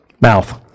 mouth